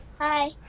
Hi